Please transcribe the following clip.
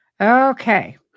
Okay